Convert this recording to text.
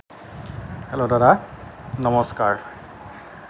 hello দাদা নমস্কাৰ